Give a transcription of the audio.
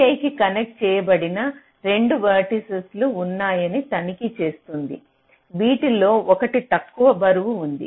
Vi కి connect చేయబడిన 2 vertices లు ఉన్నాయని తనిఖీ చేస్తుంది వీటిలో ఒకటి తక్కువ బరువు ఉంది